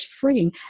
free